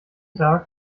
tag